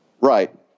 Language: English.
right